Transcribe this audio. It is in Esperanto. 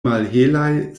malhelaj